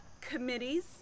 committees